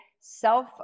self